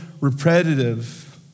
repetitive